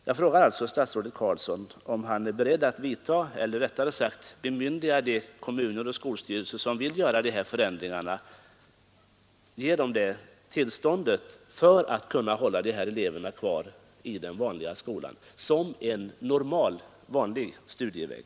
Jag frågar statsrådet Carlsson om han är beredd att ge de kommuner och skolstyrelser som vill göra dessa förändringar detta bemyndigande för att hålla eleverna kvar i den vanliga skolan, som en vanlig studieväg.